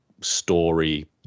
story